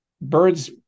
Birds